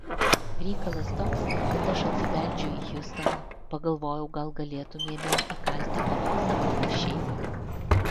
reikalas toks kad aš atsibeldžiu į hjustoną pagalvojau gal galėtumėme įkalti kavos ar panašiai